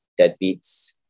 deadbeats